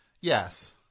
Yes